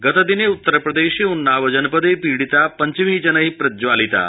गतदिने उत्तरप्रदेशे उन्नावजनपदे पीडिता पंचभि जनै प्रज्वालिता